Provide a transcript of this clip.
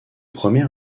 premier